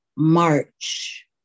March